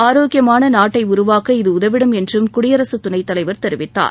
ஆரோக்கியமான நாட்டை உருவாக்க இது உதவிடும் என்றும் குடியரசுத் துணைத் தலைவர் தெரிவித்தார்